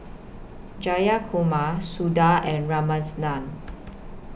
Jayakumar Suda and